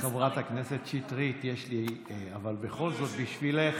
חברת הכנסת שטרית, בכל זאת בשבילך,